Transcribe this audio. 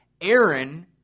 Aaron